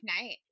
night